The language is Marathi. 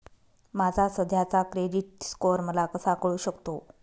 माझा सध्याचा क्रेडिट स्कोअर मला कसा कळू शकतो?